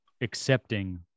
accepting